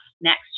next